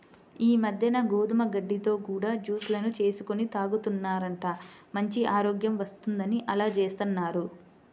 ఈ మద్దెన గోధుమ గడ్డితో కూడా జూస్ లను చేసుకొని తాగుతున్నారంట, మంచి ఆరోగ్యం వత్తందని అలా జేత్తన్నారు